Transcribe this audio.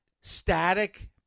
static